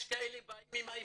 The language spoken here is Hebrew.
יש כאלה שבאים עם עברית.